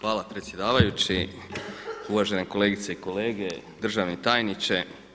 Hvala predsjedavajući, uvažene kolegice i kolege, državni tajniče.